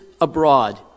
abroad